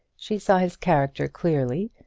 she saw his character clearly,